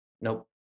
Nope